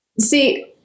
See